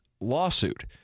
lawsuit